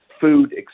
Food